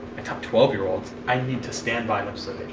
i taught twelve year olds. i need to stand by them so